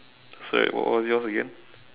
sorry what what was yours again